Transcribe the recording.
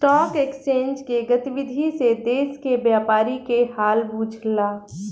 stock exchange के गतिविधि से देश के व्यापारी के हाल बुझला